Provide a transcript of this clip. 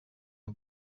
amb